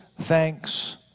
thanks